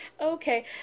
Okay